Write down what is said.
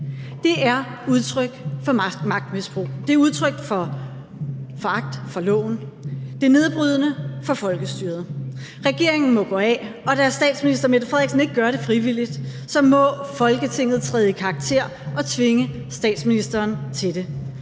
Det er udtryk for magtmisbrug, det er udtryk for foragt for loven, det er nedbrydende for folkestyret. Regeringen må gå af, og da statsminister Mette Frederiksen ikke gør det frivilligt, må Folketinget træde i karakter og tvinge statsministeren til det.